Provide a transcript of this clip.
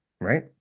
right